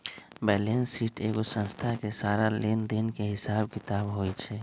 balance sheet एगो संस्था के सारा लेन देन के हिसाब किताब होई छई